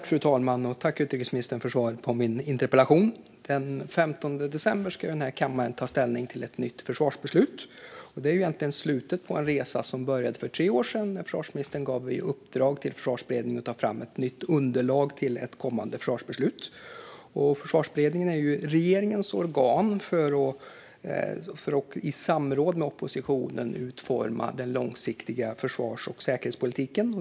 Fru talman! Tack, utrikesministern, för svaret på min interpellation! Den 15 december ska kammaren ta ställning till ett nytt försvarsbeslut. Det är egentligen slutet på en resa som började för tre år sedan, när försvarsministern gav i uppdrag till Försvarsberedningen att ta fram ett nytt underlag till ett kommande försvarsbeslut. Försvarsberedningen är ju regeringens organ för att i samråd med oppositionen utforma den långsiktiga försvars och säkerhetspolitiken.